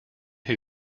who